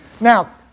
now